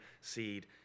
seed